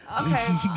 okay